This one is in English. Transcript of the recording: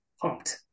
pumped